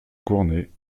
cournet